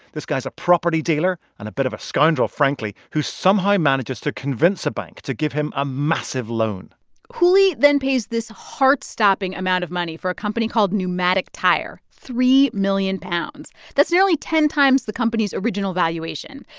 this guy's a property dealer and a bit of a scoundrel, frankly, who somehow manages to convince a bank to give him a massive loan hooley then pays this heart-stopping amount of money for a company called pneumatic tyre three million pounds. that's nearly ten times the company's original valuation.